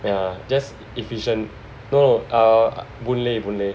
ya just efficient no no Boon Lay Boon Lay